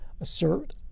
assert